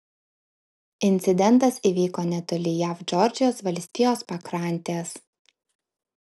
incidentas įvyko netoli jav džordžijos valstijos pakrantės